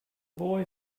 boy